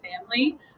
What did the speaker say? family